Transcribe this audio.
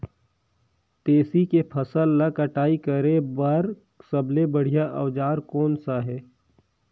तेसी के फसल ला कटाई करे बार सबले बढ़िया औजार कोन सा हे?